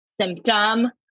symptom